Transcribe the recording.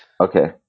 Okay